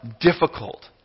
difficult